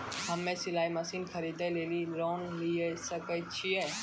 हम्मे सिलाई मसीन खरीदे लेली लोन लिये सकय छियै?